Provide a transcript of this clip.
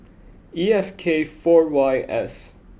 E F K four Y S